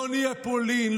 לא נהיה פולין,